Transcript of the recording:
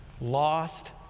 lost